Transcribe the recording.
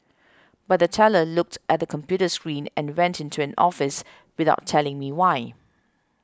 but the teller looked at the computer screen and went into an office without telling me why